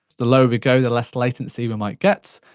the lower we go, the less latency we might get.